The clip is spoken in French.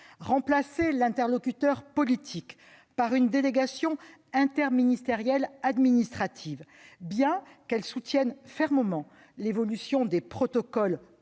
remplacement de l'interlocuteur politique par une délégation interministérielle administrative, bien que celle-ci soutienne fermement l'évolution des protocoles,